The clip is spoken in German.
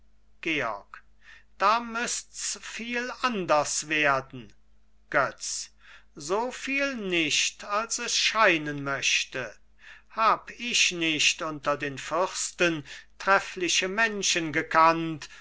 georg da müßt's viel anders werden götz so viel nicht als es scheinen möchte hab ich nicht unter den fürsten treffliche menschen gekannt